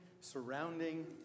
surrounding